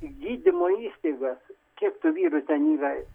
į gydymo įstaigas kiek tų vyrų ten yra